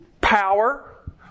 power